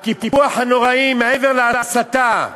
הקיפוח הנוראי, מעבר להסתה.